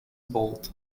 bolted